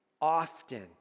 often